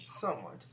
somewhat